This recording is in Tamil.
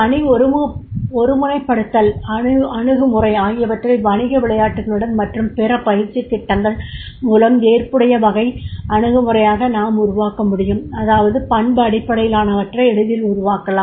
அணி ஒருமுனைப்படுத்தல் அணுகுமுறை ஆகியவற்றை வணிக விளையாட்டுகளுடன் மற்றும் பிற பயிற்சித் திட்டங்கள் மூலம் ஏற்புடைய வகை அணுகுமுறையாக நாம் உருவாக்க முடியும் அதாவது பண்பு அடிப்படையிலானவற்றை எளிதில் உருவாக்கலாம்